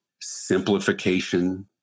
simplification